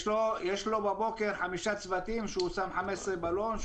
יש לו בבוקר חמישה צוותים שהוא שם להם 15 בלונים.